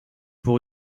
pour